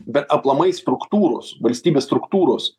bet aplamai struktūros valstybės struktūros